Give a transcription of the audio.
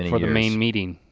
and for the main meeting.